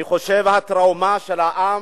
אני חושב שהטראומה של העם,